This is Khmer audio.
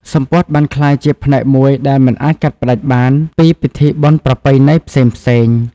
សំពត់បានក្លាយជាផ្នែកមួយដែលមិនអាចកាត់ផ្ដាច់បានពីពិធីបុណ្យប្រពៃណីផ្សេងៗ។